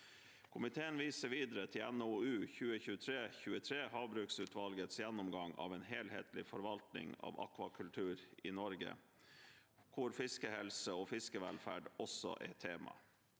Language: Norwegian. Komiteen viser videre til NOU 2023: 23, havbruksutvalgets gjennomgang av en helhetlig forvaltning av akvakultur i Norge, der fiskehelse og fiskevelferd også er tema.